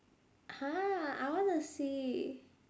!huh! I wanna see